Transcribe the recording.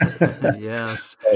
yes